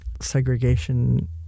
segregation